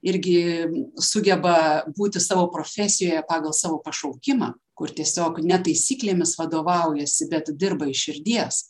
irgi sugeba būti savo profesijoje pagal savo pašaukimą kur tiesiog ne taisyklėmis vadovaujasi bet dirba iš širdies